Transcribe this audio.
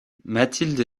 mathilde